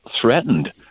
threatened